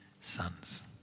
sons